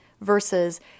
versus